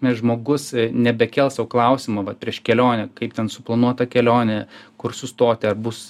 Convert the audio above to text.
nes žmogus nebekels sau klausimo vat prieš kelionę kaip ten suplanuot tą kelionę kur sustoti ar bus